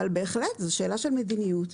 אבל בהחלט זו שאלה של מדיניות,